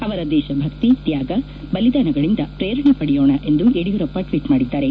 ಅವರ ದೇಶಭಕ್ತಿ ತ್ಯಾಗ ಬಲಿದಾನಗಳಿಂದ ಪ್ರೇರಣೆ ಪಡೆಯೋಣ ಎಂದು ಯಡಿಯೂರಪ್ಪ ಟ್ವೀಟ್ ಮಾಡಿದ್ದಾರೆ